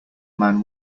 man